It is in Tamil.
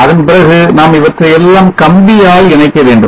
அதன் பிறகு நாம் இவற்றையெல்லாம் கம்பியால் இணைக்க வேண்டும்